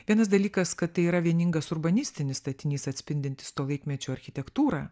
vienas dalykas kad tai yra vieningas urbanistinis statinys atspindintis to laikmečio architektūrą